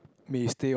may stay on